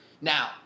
Now